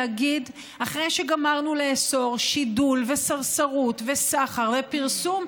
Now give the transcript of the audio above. להגיד: אחרי שגמרנו לאסור שידול וסרסרות וסחר ופרסום,